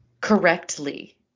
Correctly